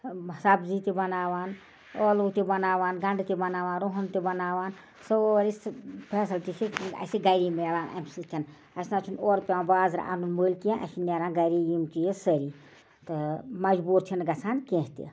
سبزی تہِ بناوان ٲلوٕ تہِ بناوان گنٛڈٕ تہِ بناوان رۄہن تہِ بناوان سٲری فٮ۪سلٹی چھِ اَسہِ گَرے ملان اَمہِ سۭتۍ اَسہِ نَہ حظ چھُنہٕ اورٕ پٮ۪وان بازرٕ اَنُن مٔلۍ کیٚنٛہہ اَسہِ چھُ نیران گَرے یِم چیٖز سٲری تہٕ مجبوٗر چھِنہٕ گَژھان کیٚنٛہہ تہِ